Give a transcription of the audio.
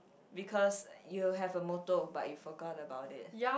because you have a motto but you forgot about it